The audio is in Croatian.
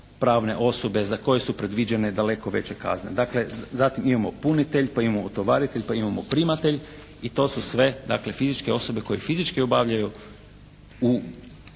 pravne osobe za koju su predviđene daleko veće kazne. Dakle, zatim imamo punitelj, pa imamo utovaritelj, pa imamo primatelj i to su sve dakle fizičke osobe koje fizički obavljaju